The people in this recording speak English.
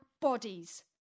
bodies